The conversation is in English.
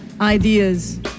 ideas